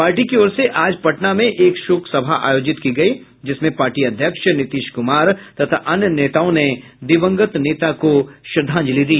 party की ओर से आज पटना में एक शोक सभा आयोजित की गई जिसमें पार्टी अध्यक्ष नीतीश कुमार तथा अन्य नेताओं ने दिवंगत नेता को श्रद्धांजलि दी